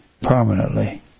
permanently